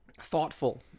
thoughtful